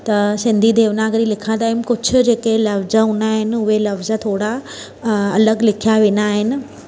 त सिंधी देवनागरी लिखणु टाइम कुझु जेके लफ़्ज़ हुंदा आहिनि उहे लफ़्ज़ थोरा अलॻि लिखिया वेंदा आहिनि